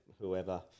whoever